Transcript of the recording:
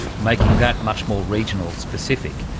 making that much more regional specific.